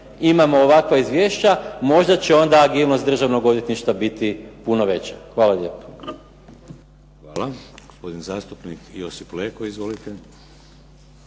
imamo ovakva izvješća, možda će onda agilnost Državnog odvjetništva biti puno veća. Hvala lijepo. **Šeks, Vladimir (HDZ)** Hvala. Gospodin zastupnik Josip Leko. Izvolite.